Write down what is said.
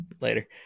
Later